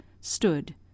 stood